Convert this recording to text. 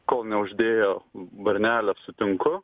kol neuždėjo varnelės sutinku